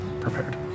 prepared